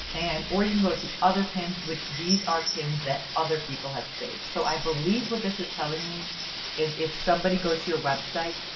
and or you can go to other pins which these are pins that other people have saved. so i believe what this is telling me is if somebody goes to your website,